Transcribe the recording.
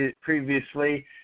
previously